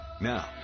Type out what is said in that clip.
Now